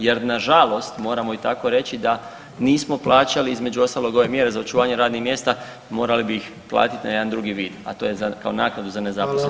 Jer nažalost moramo i tako reći da nismo plaćali između ostalog ove mjere za očuvanje radnih mjesta morali bi ih platiti na jedan drugi vid, a to je kao naknadu za nezaposlene.